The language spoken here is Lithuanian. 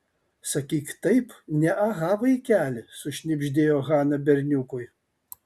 sakyk taip ne aha vaikeli sušnibždėjo hana berniukui